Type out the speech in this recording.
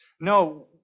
No